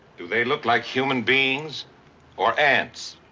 do they look like human beings or ants?